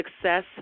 success